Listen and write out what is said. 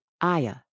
Aya